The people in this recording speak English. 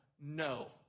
No